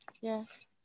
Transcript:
Yes